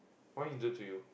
what he do to you